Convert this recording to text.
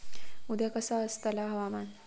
उद्या कसा आसतला हवामान?